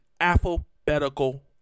alphabetical